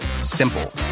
simple